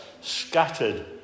scattered